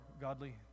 godly